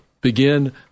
begin